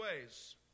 ways